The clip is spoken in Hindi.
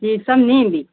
शीशम नीम भी